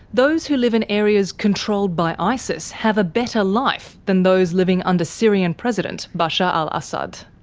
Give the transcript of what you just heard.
those who live in areas controlled by isis have a better life than those living under syrian president bashar al-assad.